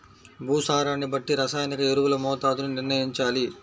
భూసారాన్ని బట్టి రసాయనిక ఎరువుల మోతాదుని నిర్ణయంచాలి